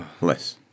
Less